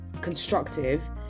constructive